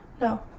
no